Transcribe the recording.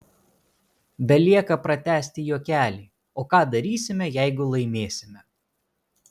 belieka pratęsti juokelį o ką darysime jeigu laimėsime